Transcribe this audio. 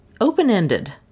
open-ended